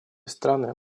страны